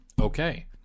Okay